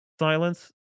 silence